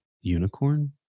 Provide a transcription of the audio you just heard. unicorn